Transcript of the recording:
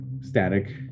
static